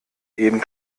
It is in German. eben